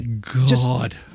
God